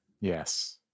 Yes